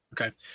Okay